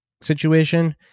situation